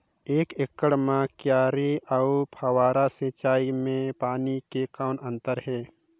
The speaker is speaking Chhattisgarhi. एक एकड़ म क्यारी अउ फव्वारा सिंचाई मे पानी के कौन अंतर हे?